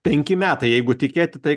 penki metai jeigu tikėti tai